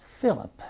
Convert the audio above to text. Philip